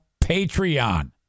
Patreon